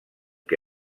que